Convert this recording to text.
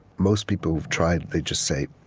most people who've tried, they just say,